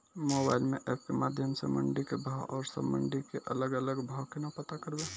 Mobile म app के माध्यम सऽ मंडी के भाव औरो सब मंडी के अलग अलग भाव केना पता करबै?